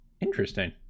interesting